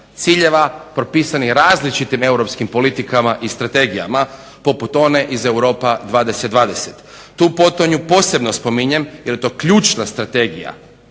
ciljeva propisanih različitim europskim politikama i strategijama poput one iz Europa 20/20. Tu potonju posebno spominjem jer je to ključna strategija